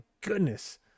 goodness